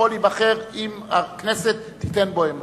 יכול להיבחר אם הכנסת תיתן בו אמון.